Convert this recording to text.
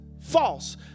false